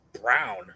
Brown